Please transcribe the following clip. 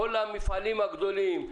כל המפעלים הגדולים,